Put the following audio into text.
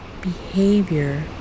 behavior